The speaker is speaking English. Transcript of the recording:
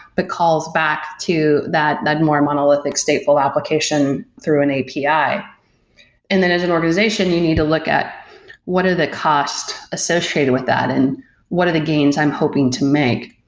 but calls back to that that more monolithic stateful application through an api. and then as an organization, you need to look at what are the costs associated with that and what are the gains i'm hoping to make?